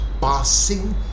passing